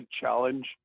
challenge